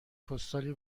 پستالی